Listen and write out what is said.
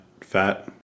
fat